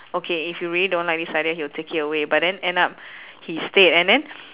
okay if you really don't like this idea he'll take it away but then end up he stayed and then